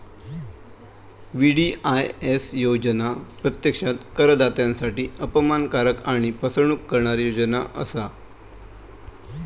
VDIS योजना प्रत्यक्षात करदात्यांसाठी अपमानकारक आणि फसवणूक करणारी योजना असा